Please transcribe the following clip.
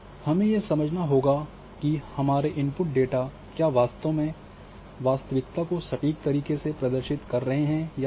तो हमें यह समझना होगा हमारे इनपुट डेटा क्या वास्तव में वास्तविकता को सटीक तरीके से का प्रदर्शित कर रहा है या नहीं